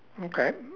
okay